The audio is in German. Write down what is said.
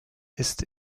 ist